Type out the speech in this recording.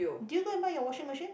did you go and buy your washing machine